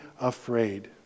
afraid